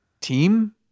team